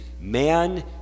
Man